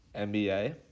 NBA